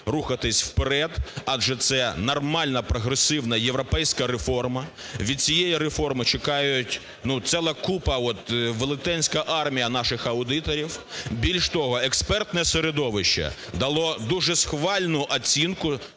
рухатись вперед адже це нормальна, прогресивна, європейська реформа, від цієї реформи чекають, ну, ціла купа, вот, велетенська армія наших аудиторів. Більш того, експертне середовище дало дуже схвальну оцінку